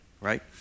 right